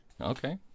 Okay